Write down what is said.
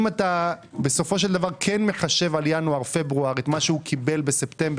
אם אתה כן מחשב על ינואר-פברואר את מה שהוא קיבל בספטמבר,